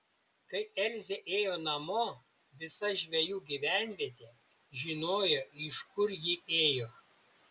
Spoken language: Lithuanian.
kai elzė ėjo namo visa žvejų gyvenvietė žinojo iš kur ji ėjo